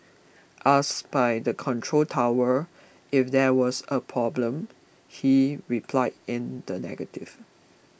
asked by the control tower if there was a problem he replied in the negative